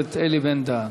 הכנסת אלי בן-דהן.